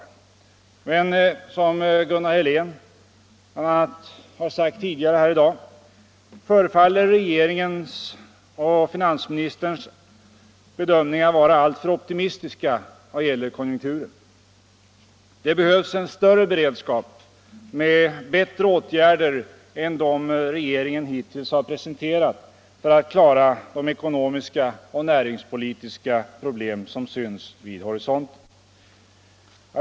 Som bl.a. Gunnar Helén har sagt tidigare förefaller regeringens och finansministerns bedömningar dock vara alltför optimistiska. Det behövs en större beredskap med bättre åtgärder än regeringen hittills har presenterat för att klara de ekonomiska och näringspolitiska problem som syns vid horisonten.